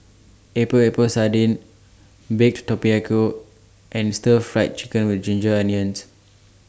Epok Epok Sardin Baked Tapioca and Stir Fried Chicken with Ginger Onions